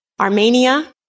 Armenia